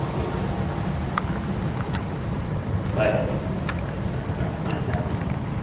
جی ہاں ٹھیک ہے بائے جی yes sir bye my have a nice day